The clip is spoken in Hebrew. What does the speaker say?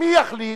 מי יחליט?